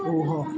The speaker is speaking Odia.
ରୁହ